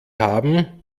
haben